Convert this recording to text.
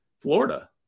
Florida